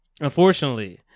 unfortunately